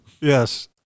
Yes